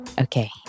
Okay